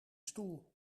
stoel